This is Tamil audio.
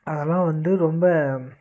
அதெல்லாம் வந்து ரொம்ப